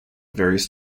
various